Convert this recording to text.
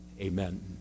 Amen